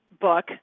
book